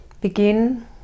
Begin